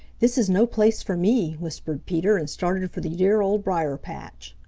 this is no place for me, whispered peter and started for the dear old briar-patch.